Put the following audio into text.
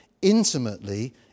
Intimately